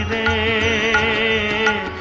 a